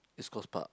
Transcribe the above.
East-Coast-Park